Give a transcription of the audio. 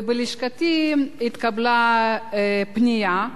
בלשכתי התקבלה פנייה,